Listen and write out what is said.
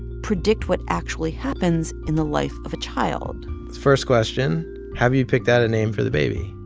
predict what actually happens in the life of a child first question have you picked out a name for the baby?